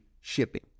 shipping